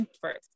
first